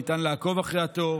ניתן לעקוב אחרי התור.